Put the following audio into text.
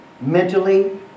mentally